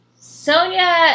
Sonia